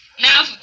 Now